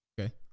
Okay